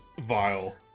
Vile